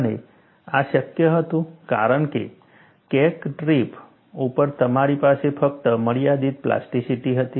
અને આ શક્ય હતું કારણ કે ક્રેક ટીપ ઉપર તમારી પાસે ફક્ત મર્યાદિત પ્લાસ્ટિસિટી હતી